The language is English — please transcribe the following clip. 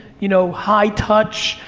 you know, high touch,